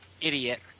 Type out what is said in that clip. idiot